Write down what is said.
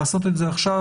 לעשות את זה עכשיו,